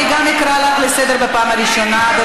אני אקרא גם אותך לסדר פעם ראשונה.